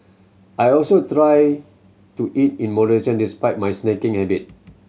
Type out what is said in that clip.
I also try to eat in moderation despite my snacking habit